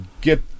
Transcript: get